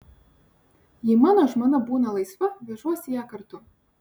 jei mano žmona būna laisva vežuosi ją kartu